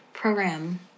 program